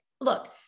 look